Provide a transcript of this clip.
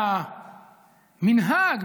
והמנהג,